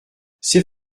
c’est